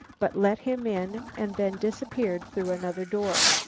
but let him in and then disappeared through another door.